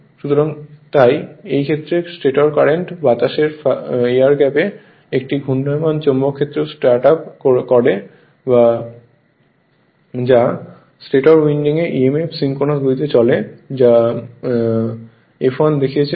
সুতরাং তাই এই ক্ষেত্রে স্টেটর কারেন্ট বাতাসের ফাঁকে একটি ঘূর্ণায়মান চৌম্বক ক্ষেত্র সেট আপ করে যা স্টেটর উইন্ডিংয়ে EMF সিনক্রোনাস গতিতে চলে যা F1দেখিয়েছে